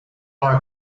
like